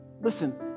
Listen